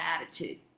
attitude